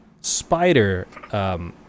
spider